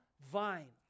vine